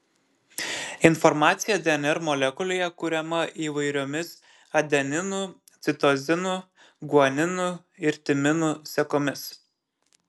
informacija dnr molekulėje kuriama įvairiomis adeninų citozinų guaninų ir timinų sekomis